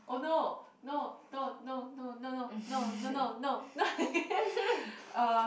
oh no no no no no no no no no no no no uh